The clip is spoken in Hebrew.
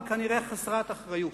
אבל כנראה חסרת אחריות.